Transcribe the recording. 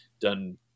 done